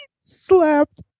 slapped